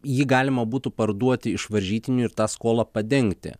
jį galima būtų parduoti iš varžytinių ir tą skolą padengti